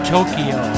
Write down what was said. Tokyo